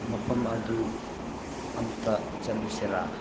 ꯃꯐꯝ ꯑꯗꯨ ꯑꯝꯇ ꯆꯠꯂꯨꯁꯤꯔ